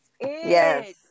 Yes